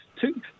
two